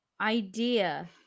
idea